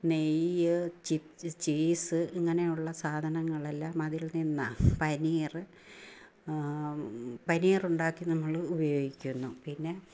നെയ്യ് ചി ചീസ്സ് ഇങ്ങനെയുള്ള സാധനങ്ങളെല്ലാം അതിൽ നിന്നാണ് പനീര് പനീറുണ്ടാക്കി നമ്മളുപയോഗിക്കുന്നു പിന്നെ